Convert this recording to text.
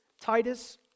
Titus